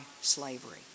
slavery